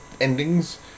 endings